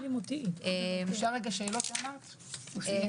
אפשר שאלות אליו?